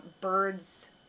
birds